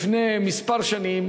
לפני כמה שנים,